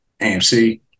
AMC